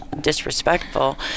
disrespectful